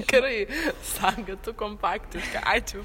gerai saga tu kompaktiška ačiū